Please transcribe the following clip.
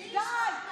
צאי לשתות משהו.